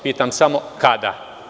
Pitam samo – kada?